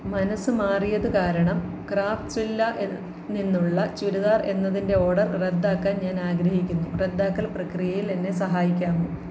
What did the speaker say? മനസ്സ് മാറിയത് കാരണം ക്രാഫ്റ്റ്സ്വില്ല എ നിന്നുള്ള ചുരിദാർ എന്നതിന്റെ ഓർഡർ റദ്ദാക്കാൻ ഞാൻ ആഗ്രഹിക്കുന്നു റദ്ദാക്കൽ പ്രക്രിയയിൽ എന്നെ സഹായിക്കാമോ